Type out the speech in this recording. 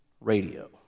radio